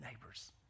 neighbors